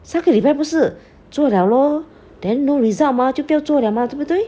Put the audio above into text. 上个礼拜不是做 liao lor then no result mah 就不要做 liao mah 对不对